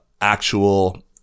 actual